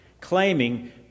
claiming